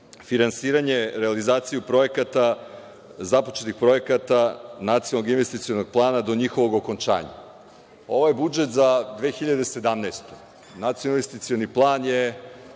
finansiranje realizaciju projekta, započetih projekata Nacionalnog investicionog plana do njihovog okončanja. Ovaj je budžet za 2017. godinu. Nacionalni investicioni plan je